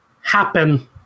happen